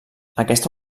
aquesta